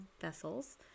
vessels